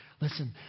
listen